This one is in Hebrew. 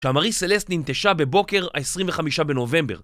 שהמרי סלסט ננטשה בבוקר ה-25 בנובמבר